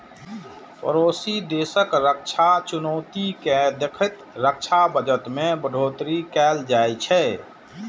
पड़ोसी देशक रक्षा चुनौती कें देखैत रक्षा बजट मे बढ़ोतरी कैल जाइ छै